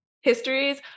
histories